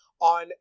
on